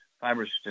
fibrous